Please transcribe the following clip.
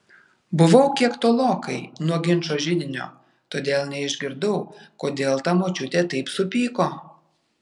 buvau kiek tolokai nuo ginčo židinio todėl neišgirdau kodėl ta močiutė taip supyko